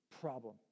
problem